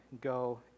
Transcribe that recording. go